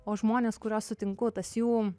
o žmonės kuriuos sutinku tas jų